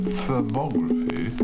thermography